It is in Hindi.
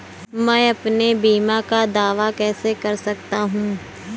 मैं अपने बीमा का दावा कैसे कर सकता हूँ?